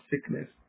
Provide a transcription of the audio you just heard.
sickness